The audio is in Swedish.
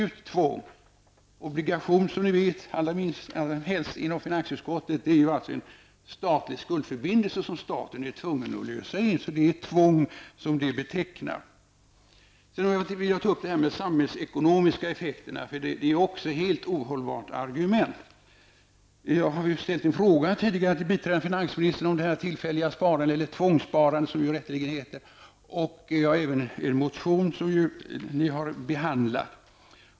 Att det är obligatoriskt innebär ju att det är ett tvång. Finansutskottets ledamöter vet ju att en obligation är en statlig skuldförbindelse, som staten är tvungen att lösa in. Det betecknar alltså ett tvång. Jag vill sedan ta upp de samhällsekonomiska effekterna, eftersom detta också är ett helt ohållbart argument. Jag har tidigare ställt en fråga till biträdande finansministern om det tillfälliga sparandet -- eller tvångssparandet, som det rätteligen heter --, och jag har även väckt en motion i frågan, vilken finansutskottet har behandlat.